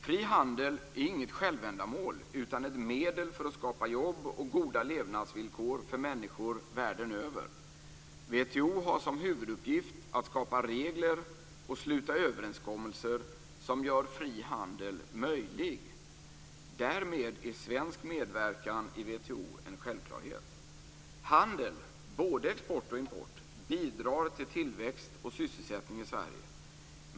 Fri handel är inget självändamål, utan ett medel för att skapa jobb och goda levnadsvillkor för människor världen över. WTO har som huvuduppgift att skapa regler och sluta överenskommelser som gör fri handel möjlig. Därmed är svensk medverkan i WTO en självklarhet. Handel - både export och import - bidrar till tillväxt och sysselsättning i Sverige.